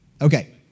Okay